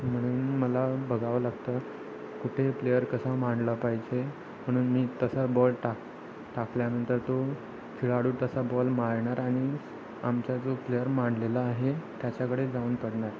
म्हणून मला बघावं लागतं कुठे प्लेयर कसा मांडला पाहिजे म्हणून मी तसा बॉल टाक टाकल्यानंतर तो खेळाडू तसा बॉल मारणार आणि आमचा जो प्लेअर मांडलेला आहे त्याच्याकडे जाऊन पडणार